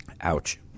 ouch